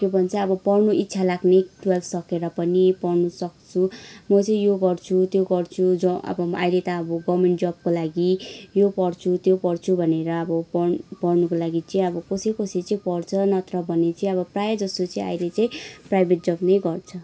के भन्छ अब पढ्नु इच्छा लाग्ने टुवेल्भ सकेर पनि पढ्नु सक्छु म चाहिँ यो गर्छु त्यो गर्छु अहिले त अब गभर्मेन्ट जबको लागि यो पढ्छु त्यो पढ्छु भनेर अब पढ्नुको लागि चाहिँ अब कसै कसै चाहिँ पढ्छ नत्र भने चाहिँ अब प्रायः जस्तो चाहिँ अब अहिले चाहिँ प्राइभेट जब नै गर्छ